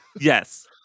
Yes